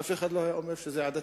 אף אחד לא היה אומר שזה עדתי.